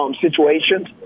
situations